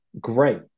great